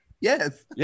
Yes